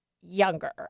younger